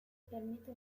permite